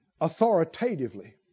Authoritatively